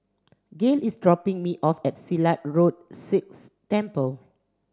Gale is dropping me off at Silat Road Sikh Temple